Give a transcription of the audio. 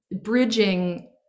bridging